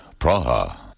Praha